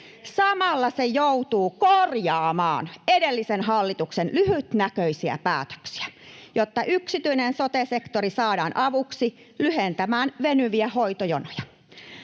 Samalla se joutuu korjaamaan edellisen hallituksen lyhytnäköisiä päätöksiä, jotta yksityinen sote-sektori saadaan avuksi lyhentämään venyviä hoitojonoja.